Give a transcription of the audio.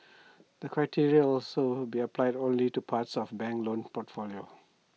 the criteria also be applied only to parts of bank's loan portfolio